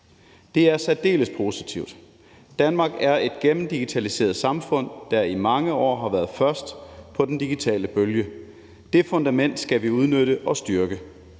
Det er særdeles positivt. Danmark er et gennemdigitaliseret samfund, der i mange år har været først på den digitale bølge. Det fundament skal vi udnytte og styrke.